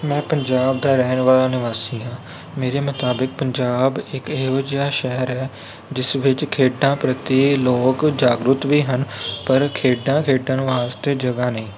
ਮੈਂ ਪੰਜਾਬ ਦਾ ਰਹਿਣ ਵਾਲਾ ਨਿਵਾਸੀ ਹਾਂ ਮੇਰੇ ਮੁਤਾਬਕ ਪੰਜਾਬ ਇੱਕ ਇਹੋ ਜਿਹਾ ਸ਼ਹਿਰ ਹੈ ਜਿਸ ਵਿੱਚ ਖੇਡਾਂ ਪ੍ਰਤੀ ਲੋਕ ਜਾਗਰੂਕ ਵੀ ਹਨ ਪਰ ਖੇਡਾਂ ਖੇਡਣ ਵਾਸਤੇ ਜਗ੍ਹਾ ਨਹੀਂ